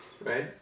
Right